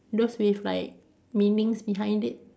those with like meanings behind it